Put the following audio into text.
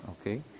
Okay